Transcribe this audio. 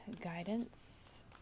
guidance